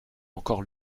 encore